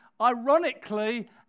ironically